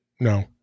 No